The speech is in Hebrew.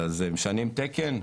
משנים תקן,